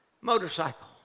motorcycle